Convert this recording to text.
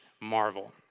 marvel